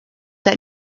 that